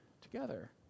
together